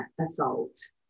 assault